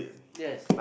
yes